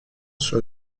sur